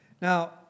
Now